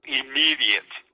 immediate